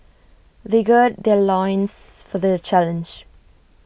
they gird their loins for the challenge